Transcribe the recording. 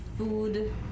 Food